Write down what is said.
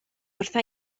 wrtha